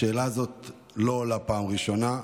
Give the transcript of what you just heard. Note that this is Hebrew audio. השאלה הזאת לא עולה פעם ראשונה,